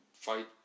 fight